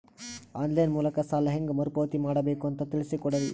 On line ಮೂಲಕ ಸಾಲ ಹೇಂಗ ಮರುಪಾವತಿ ಮಾಡಬೇಕು ಅಂತ ತಿಳಿಸ ಕೊಡರಿ?